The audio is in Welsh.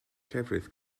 llefrith